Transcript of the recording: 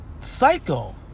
Psycho